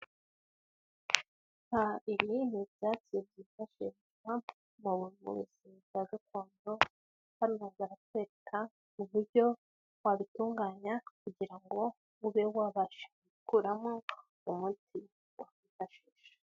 Ibi ni ibyatsi byifashishwa mu buvuzi bwa gakondo, hano baratwereka uburyo wabitunganya kugira ngo ube wabasha gukuramo umuti wo kwifashisha.